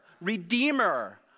Redeemer